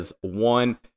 one